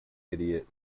idiot